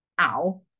ow